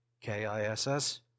K-I-S-S